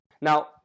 now